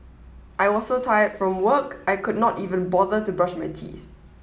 I was so tired from work I could not even bother to brush my teeth